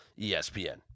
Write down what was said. ESPN